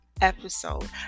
episode